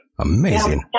Amazing